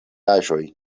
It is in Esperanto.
aĵoj